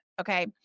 Okay